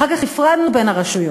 אחר כך הפרדנו בין הרשויות,